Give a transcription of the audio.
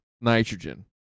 nitrogen